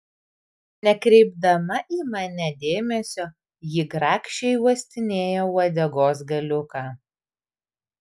nekreipdama į mane dėmesio ji grakščiai uostinėjo uodegos galiuką